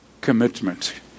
commitment